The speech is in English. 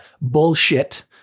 bullshit